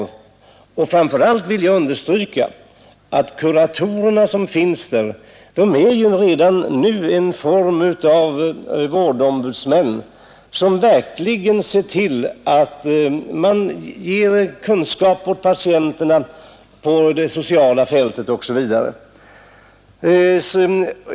Jag vill framför allt understryka att kuratorerna på sjukhusen redan nu är en form av vårdombudsmän som ger kunskap åt patienterna på t.ex. det sociala fältet.